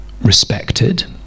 respected